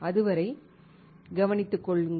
அதுவரை கவனித்துக் கொள்ளுங்கள்